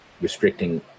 restricting